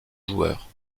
joueur